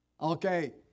okay